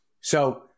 So-